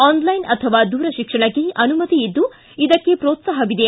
online ಅಥವಾ ದೂರಶಿಕ್ಷಣಕ್ಕೆ ಅನುಮತಿ ಇದ್ದು ಇದಕ್ಕೆ ಪೋತ್ಸಾಹವಿದೆ